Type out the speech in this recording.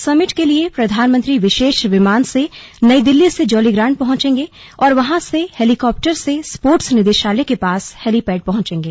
summit के लिए प्रधानमंत्री विशेष विमान से नई दिल्ली से जौलीग्रांट पहुंचेंगे और वहां से हेलीकॉप्टर से स्पोर्ट्स निदेशालय के पास हेलीपैड पहंचेंगे